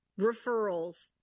referrals